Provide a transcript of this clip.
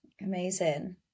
amazing